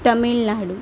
Tamil Nadu